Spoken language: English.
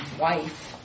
wife